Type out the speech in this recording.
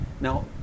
Now